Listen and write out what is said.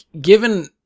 given